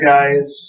Guy's